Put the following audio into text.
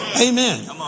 Amen